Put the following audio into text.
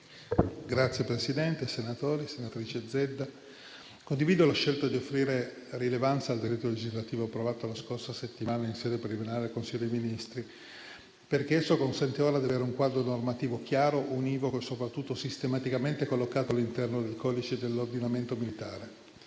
Signor Presidente, onorevoli senatori, senatrice Zedda, condivido la scelta di offrire rilevanza al decreto legislativo approvato la scorsa settimana in sede preliminare dal Consiglio dei ministri, perché esso consentirà di avere un quadro normativo chiaro, univoco e soprattutto sistematicamente collocato all'interno del codice dell'ordinamento militare.